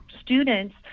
students